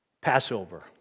Passover